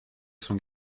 sont